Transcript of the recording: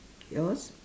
yours